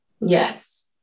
Yes